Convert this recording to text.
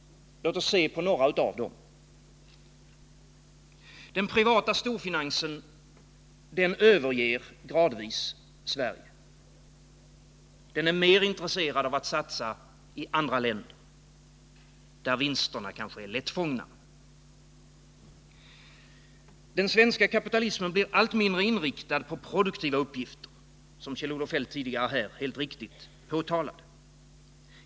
Låt oss se på några av dem! Den privata storfinansen överger gradvis Sverige. Den är mer intresserad av att satsa i andra länder, där vinsterna kanske är mer lättfångna. Den svenska kapitalismen blir allt mindre inriktad på produktiva uppgifter, som Kjell-Olof Feldt tidigare helt riktigt påtalade.